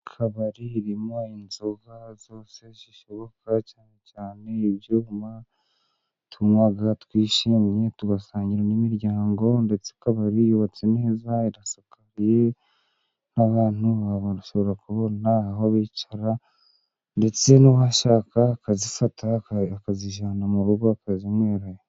Kabari irimo inzoga zose zishoboka, cyane cyane ibyuma tunywa twishimye, tugasangira n'imiryango, ndetse kabari yubatse neza irasakaye, n'abantu bashobora kubona aho bicara, ndetse n'uwashaka akazifata akazijyana mu rugo akazinywerayo.